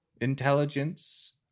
intelligence